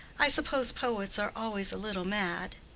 i suppose poets are always a little mad.